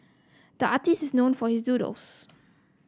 the artist is known for his doodles